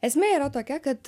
esmė yra tokia kad